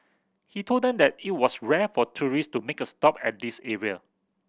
he told them that it was rare for tourist to make a stop at this area